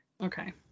Okay